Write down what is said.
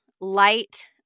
light